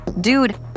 Dude